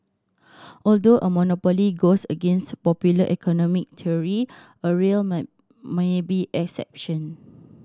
although a monopoly goes against popular economic theory a rail my may be exception